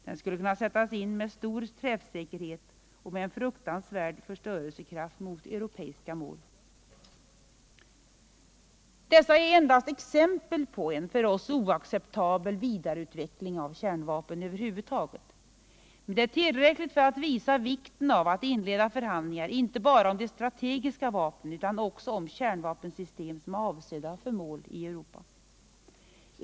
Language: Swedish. Den skulle kunna sättas in, med stor träffsäkerhet och fruktansvärd förstörelsekraft, mot europeiska mål. Dessa vapen är endast exempel på en för oss oacceptabel vidareutveckling av kärnvapnen över huvud taget, men detta är tillräckligt för att visa vikten av att inleda förhandlingar inte bara om de strategiska vapnen utan också om de kärnvapensystem som är avsedda för mål i Europa.